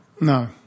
No